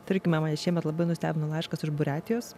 tarkime mane šiemet labai nustebino laiškas iš buriatijos